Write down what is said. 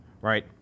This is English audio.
right